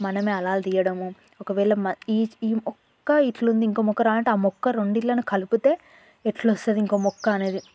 మనమే అలాల్ తీయడము ఒకవేళ ఒక్క ఇట్లుంది ఇంకో మొక్క రావాలంటే ఆ మొక్క రెండిళ్ళను కలిపితే ఎట్లొస్తుంది ఇంకో మొక్క అనేది